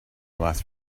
last